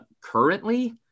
currently